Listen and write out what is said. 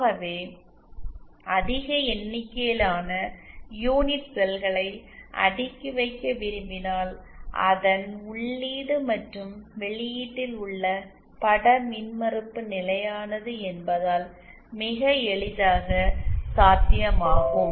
ஆகவே அதிக எண்ணிக்கையிலான யூனிட் செல்களை அடுக்கி வைக்க விரும்பினால் அதன் உள்ளீடு மற்றும் வெளியீட்டில் உள்ள பட மின்மறுப்பு நிலையானது என்பதால் மிக எளிதாக சாத்தியமாகும்